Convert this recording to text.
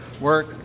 work